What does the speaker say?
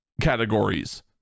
categories